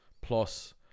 plus